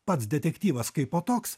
pats detektyvas kaipo toks